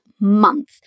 month